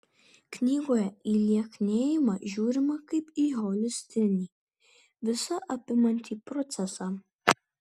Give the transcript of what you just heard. knygoje į lieknėjimą žiūrima kaip į holistinį visą apimantį procesą